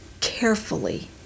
carefully